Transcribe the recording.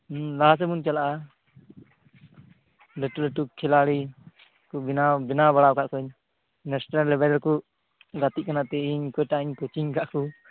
ᱞᱟᱦᱟ ᱥᱮᱫᱵᱚ ᱪᱟᱞᱟᱜᱼᱟ ᱞᱟᱹᱴᱩ ᱞᱟᱹᱴᱩ ᱠᱷᱤᱞᱟᱲᱤ ᱠᱚ ᱵᱮᱱᱟᱣ ᱵᱮᱱᱟᱣ ᱵᱟᱲᱟ ᱟᱠᱟᱫ ᱠᱚᱣᱟᱹᱧ ᱱᱮᱥᱱᱮᱞ ᱞᱮᱹᱵᱮᱹᱞ ᱨᱮᱠᱚ ᱜᱟᱛᱮᱜ ᱠᱟᱱᱟ ᱛᱤᱦᱤᱧ ᱚᱠᱚᱭᱴᱟᱜ ᱤᱧ ᱠᱳᱪᱤᱝ ᱟᱠᱟᱫ ᱠᱚ